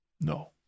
No